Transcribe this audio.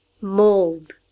mold